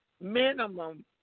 minimum